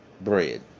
bread